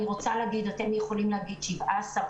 אני רוצה להגיד שאתם יכולים להגיד 17,